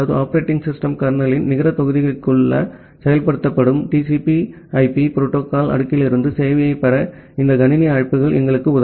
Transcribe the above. OS கர்னலின் நிகர தொகுதிக்குள் செயல்படுத்தப்படும் TCP IP புரோட்டோகால் அடுக்கிலிருந்து சேவையைப் பெற இந்த கணினி அழைப்புகள் எங்களுக்கு உதவும்